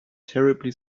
terribly